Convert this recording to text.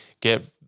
get